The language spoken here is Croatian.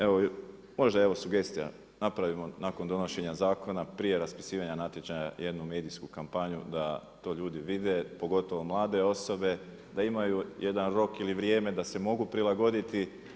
Evo možda sugestija napravimo nakon donošenja zakona prije raspisivanja natječaja jednu medijsku kampanju da to ljudi vide pogotovo mlade osobe, da imaju jedan rok ili vrijeme da se mogu prilagoditi.